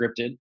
scripted